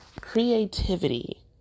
Creativity